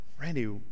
randy